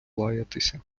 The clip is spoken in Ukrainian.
лаятися